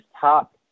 top